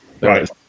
Right